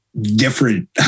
different